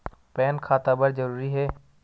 Pan खाता बर जरूरी हे?